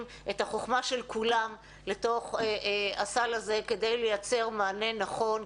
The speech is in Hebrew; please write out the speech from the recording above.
את החוכמה של כולם לתוך הסל הזה כדי לייצר מענה נכון,